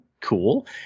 Cool